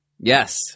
yes